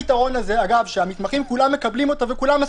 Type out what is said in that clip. אגב, המתמחים כולם מקבלים אותו וכולם פה